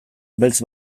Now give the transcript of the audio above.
beltz